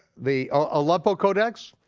the aleppo codex,